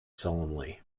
solemnly